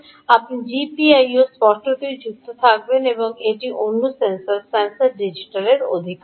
আপনি জিপিওতে স্পষ্টতই সংযুক্ত থাকবেন এটি অন্য সেন্সর সেন্সর ডিজিটাল অধিকারও